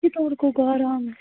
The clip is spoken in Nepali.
के चर्को गरम